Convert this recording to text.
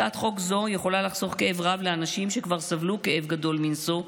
הצעת חוק זו יכולה לחסוך כאב רב לאנשים שכבר סבלו כאב גדול מנשוא,